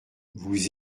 vous